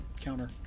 counter